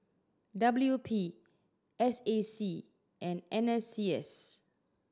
W P S A C and N S C S